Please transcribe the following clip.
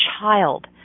child